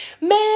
Man